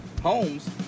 homes